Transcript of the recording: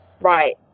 right